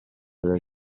dalle